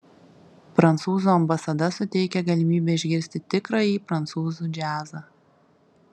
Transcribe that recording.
prancūzų ambasada suteikia galimybę išgirsti tikrąjį prancūzų džiazą